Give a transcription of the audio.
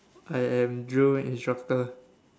I am drill instructor